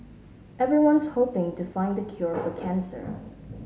everyone's hoping to find the cure for cancer